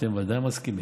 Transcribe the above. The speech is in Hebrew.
אתם ודאי מסכימים.